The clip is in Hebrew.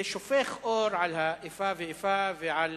זה שופך אור על האיפה ואיפה, ועל